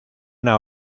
una